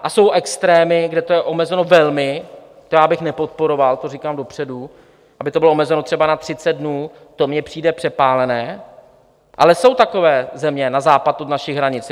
A jsou extrémy, kde to je omezeno velmi to bych nepodporoval, to říkám dopředu, aby to bylo omezeno třeba na třicet dnů, to mi přijde přepálené, ale jsou takové země na západ od našich hranic.